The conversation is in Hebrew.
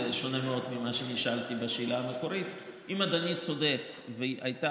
זה שונה מאוד ממה שנשאלתי בשאלה המקורית אם אדוני צודק והייתה